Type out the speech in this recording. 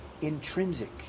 intrinsic